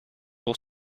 pour